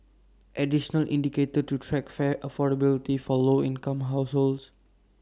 additional indicator to track fare affordability for low income households